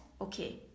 okay